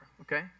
okay